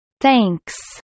Thanks